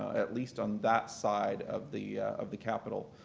at least on that side of the of the capitol.